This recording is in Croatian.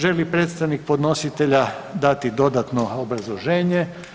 Želi li predstavnik podnositelja dati dodatno obrazloženje?